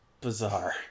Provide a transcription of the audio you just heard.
bizarre